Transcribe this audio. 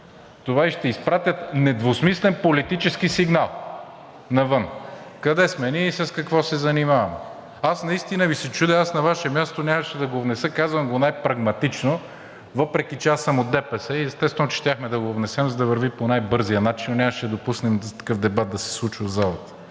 това и ще изпратят недвусмислен политически сигнал навън къде сме ние и с какво се занимаваме. Аз наистина Ви се чудя. Аз на Ваше място нямаше да го внеса. Казвам го най-прагматично, въпреки че аз съм от ДПС и естествено, че щяхме да го внесем, за да върви по най-бързия начин, но нямаше да допуснем такъв дебат да се случва в залата.